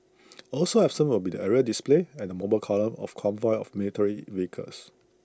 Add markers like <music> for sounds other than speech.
<noise> also absent will be the aerial displays and mobile column of convoy of military vehicles